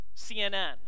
CNN